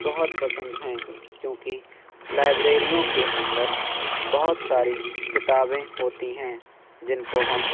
بہت پسند ہیں کیونکہ لائبریریوں کے اندر بہت ساری کتابیں ہوتی ہیں جن کو ہم